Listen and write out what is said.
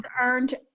earned